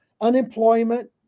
unemployment